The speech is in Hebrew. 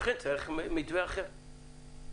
לכן צריך מתווה אחר.